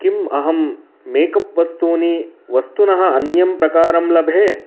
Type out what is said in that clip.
किम् अहं मेकप् वस्तूनि वस्तुनः अन्यं प्रकारं लभे